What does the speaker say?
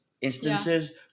instances